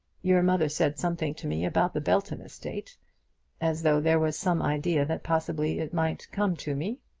your mother said something to me about the belton estate as though there was some idea that possibly it might come to me.